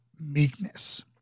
meekness